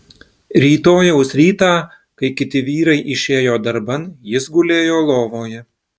rytojaus rytą kai kiti vyrai išėjo darban jis gulėjo lovoje